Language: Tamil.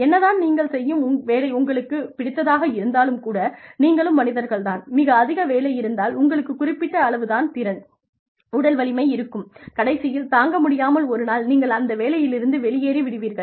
என்னதான் நீங்கள் செய்யும் உங்களுக்குப் பிடித்ததாக இருந்தாலும் கூட நீங்களும் மனிதர்கள் தான் மிக அதிக வேலை இருந்தால் உங்களுக்கும் குறிப்பிட்ட அளவு தான் திறன் உடல் வலிமை இருக்கும் கடைசியில் தாங்கமுடியாமல் ஒரு நாள் நீங்கள் அந்த வேலையிலிருந்து வெளியேறிவிடுவீர்கள்